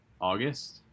August